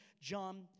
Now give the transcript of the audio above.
John